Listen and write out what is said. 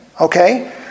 Okay